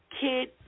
Kid